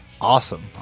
Awesome